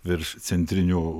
virš centrinių